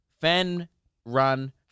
fan-run